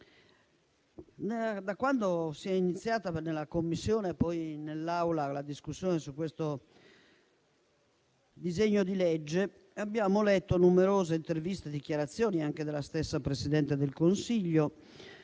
da quando è iniziata in Commissione e poi in Aula la discussione su questo disegno di legge abbiamo letto numerose interviste e dichiarazioni, anche della stessa Presidente del Consiglio,